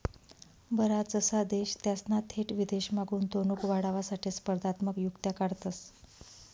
बराचसा देश त्यासना थेट विदेशमा गुंतवणूक वाढावासाठे स्पर्धात्मक युक्त्या काढतंस